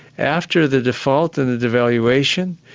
after the default and the devaluation,